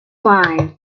five